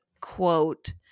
quote